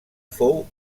fou